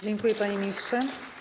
Dziękuję, panie ministrze.